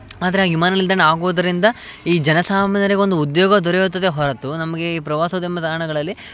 ಆದರೆ ಆ ವಿಮಾನ ನಿಲ್ದಾಣ ಆಗೋದರಿಂದ ಈ ಜನ ಸಾಮಾನ್ಯರಿಗೆ ಒಂದು ಉದ್ಯೋಗ ದೊರೆಯುತ್ತದೆ ಹೊರತು ನಮಗೆ ಈ ಪ್ರವಾಸೋದ್ಯಮ ತಾಣಗಳಲ್ಲಿ